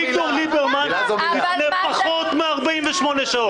אביגדור ליברמן, לפני פחות מ-48 שעות.